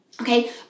Okay